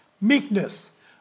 Meekness